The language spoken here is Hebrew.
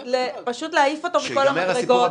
ופשוט להעיף אותו מכל המדרגות.